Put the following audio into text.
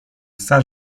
zza